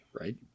right